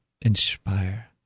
inspire